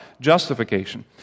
justification